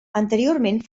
anteriorment